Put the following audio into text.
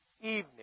evening